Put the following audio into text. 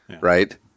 right